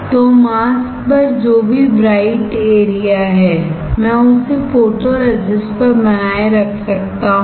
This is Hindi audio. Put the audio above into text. तो मास्क पर जो भी ब्राइट एरिया है मैं उसे फोटोरेजिस्ट पर बनाए रख सकता हूं